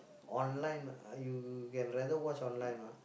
online uh you can rather watch online ah